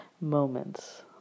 moments